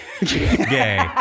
gay